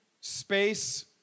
space